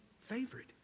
Favorite